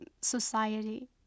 society